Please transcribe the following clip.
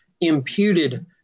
imputed